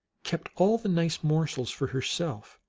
kept all the nice morsels for herself.